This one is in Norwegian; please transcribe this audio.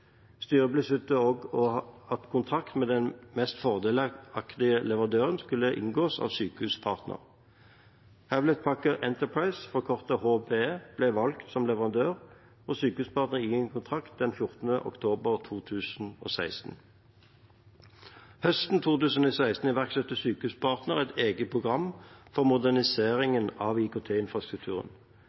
Styret besluttet også at kontrakt med den mest fordelaktige leverandøren skulle inngås av Sykehuspartner. Hewlett Packard Enterprise, forkortet HPE, ble valgt som leverandør, og Sykehuspartner inngikk kontrakt den 14. oktober 2016. Høsten 2016 iverksatte Sykehuspartner et eget program for modernisering av